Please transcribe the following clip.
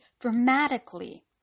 dramatically